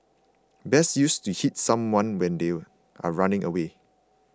best used to hit someone when they are running away